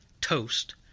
toast